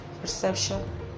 perception